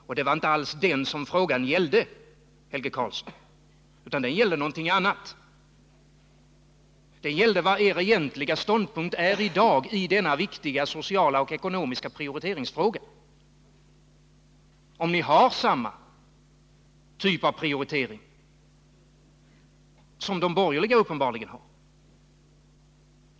Och det var inte alls det som frågan gällde, Helge Karlsson, utan någonting helt annat. Den gällde vad er egentliga ståndpunkt i denna viktiga sociala och ekonomiska prioriteringsfråga är i dag och om ni har samma typ av prioritering som de borgerliga uppenbarligen har.